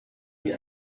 wie